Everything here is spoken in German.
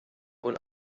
und